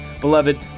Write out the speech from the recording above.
Beloved